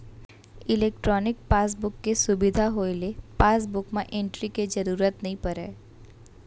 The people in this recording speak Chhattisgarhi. इलेक्ट्रानिक पासबुक के सुबिधा होए ले पासबुक म एंटरी के जरूरत नइ परय